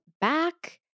back